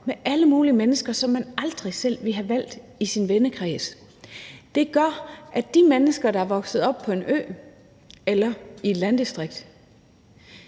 med alle mulige mennesker, som man aldrig selv ville have valgt i sin vennekreds, og det gør, at de mennesker, der er vokset op på en ø eller i et landdistrikt,